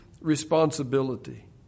responsibility